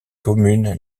commune